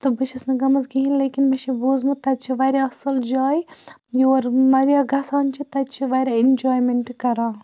تہٕ بہٕ چھیٚس نہٕ گٔمٕژ کِہیٖنۍ لیکن مےٚ چھُ بوٗزمُت تَتہِ چھِ واریاہ اصٕل جاے یور واریاہ گژھان چھِ تَتہِ چھِ واریاہ ایٚنجوٛایمیٚنٛٹ کَران